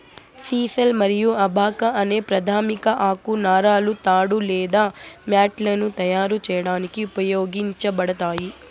sisal మరియు abaca అనే ప్రాధమిక ఆకు నారలు తాడు లేదా మ్యాట్లను తయారు చేయడానికి ఉపయోగించబడతాయి